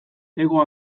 hego